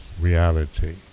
reality